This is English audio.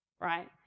right